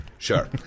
Sure